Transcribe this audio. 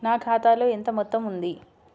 నా ఖాతాలో ఎంత మొత్తం ఉంది?